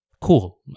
cool